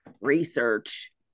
research